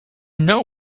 know